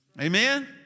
Amen